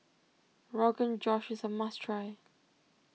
Rogan Josh is a must try